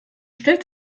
stellt